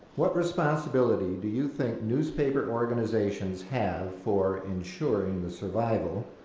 what responsibility do you think newspaper organizations have for ensuring the survival,